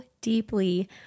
deeply